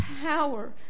power